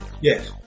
Yes